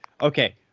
Okay